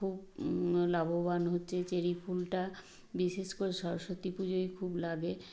খুব লাভবান হচ্ছে চেরি ফুলটা বিশেষ করে সরস্বতী পুজোয় খুব লাগে